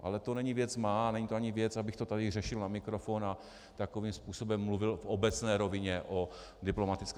Ale to není věc má a není to ani věc, abych to tady řešil na mikrofon a takovým způsobem mluvil v obecné rovině o diplomatické službě.